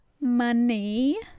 money